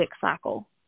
cycle